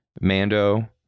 Mando